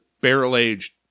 barrel-aged